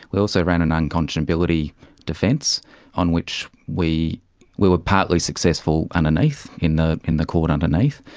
we also ran an unconscionability defence on which we we were partly successful underneath, in the in the court underneath,